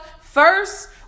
first